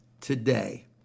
today